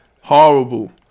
Horrible